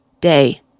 day